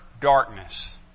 darkness